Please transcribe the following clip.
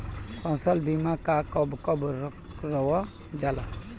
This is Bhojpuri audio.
फसल बीमा का कब कब करव जाला?